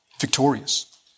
victorious